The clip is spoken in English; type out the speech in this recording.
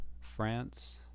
France